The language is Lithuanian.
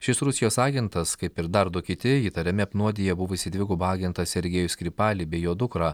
šis rusijos agentas kaip ir dar du kiti įtariami apnuodiję buvusį dvigubą agentą sergejų skripalį bei jo dukrą